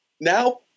now